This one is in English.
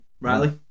Riley